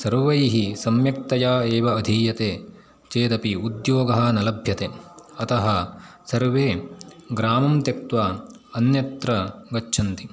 सर्वैः सम्यक्तया एव अधीयते चेदपि उद्योगः न लभ्यते अतः सर्वे ग्रामं त्यक्तवा अन्यत्र गच्छन्ति